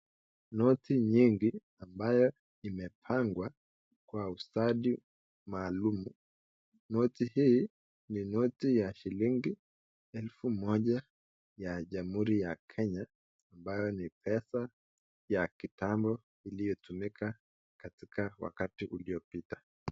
Noti nyinyi ambayo imepangwa kwa ustadi maalum. Noti hii ni noti ya shilingi elfu Moja ya jamuhuri ya Kenya ambayo ni pesa ya Kitambo iliyotumika katika wakati uliopita.